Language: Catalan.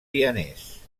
vienès